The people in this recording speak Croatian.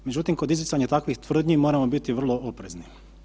Međutim, kod izricanja takvih tvrdnji moramo biti vrlo oprezni.